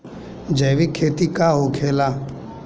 जैविक खेती का होखेला?